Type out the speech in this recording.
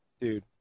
dude